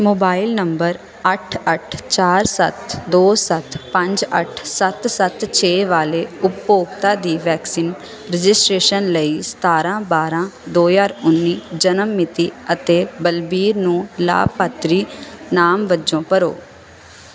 mobile number ਅੱਠ ਅੱਠ ਚਾਰ ਸੱਤ ਦੋ ਸੱਤ ਪੰਜ ਅੱਠ ਸੱਤ ਸੱਤ ਛੇ ਵਾਲੇ ਉਪਭੋਗਤਾ ਦੀ ਵੈਕਸੀਨ ਰਜਿਸਟ੍ਰੇਸ਼ਨ ਲਈ ਸਤਾਰ੍ਹਾਂ ਬਾਰ੍ਹਾਂ ਦੋ ਹਜ਼ਾਰ ਉੱਨੀ ਜਨਮ ਮਿਤੀ ਅਤੇ ਬਲਬੀਰ ਨੂੰ ਲਾਭਪਾਤਰੀ ਨਾਮ ਵਜੋਂ ਭਰੋ